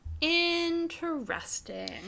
interesting